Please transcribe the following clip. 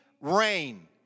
rain